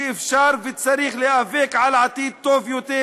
שאפשר וצריך להיאבק על עתיד טוב יותר,